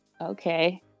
Okay